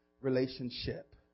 Relationship